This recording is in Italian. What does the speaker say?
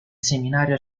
seminario